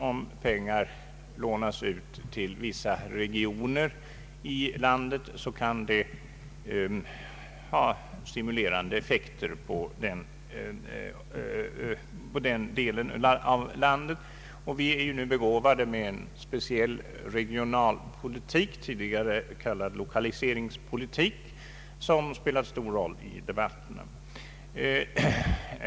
Om pengar lånas ut till vissa regioner i landet kan det ha stimulerande effekt på den delen av landet. Vi är nu begåvade med en speciell regionalpolitik, tidigare kallad = lokaliseringspolitik, som spelat stor roll i debatterna.